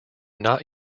not